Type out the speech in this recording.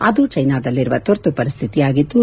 ಅದು ಚೈನಾದಲ್ಲಿನ ತುರ್ತು ಪರಿಸ್ಟಿತಿಯಾಗಿದ್ದು